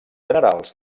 generals